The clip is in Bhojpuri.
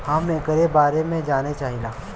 हम एकरे बारे मे जाने चाहीला?